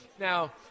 Now